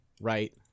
right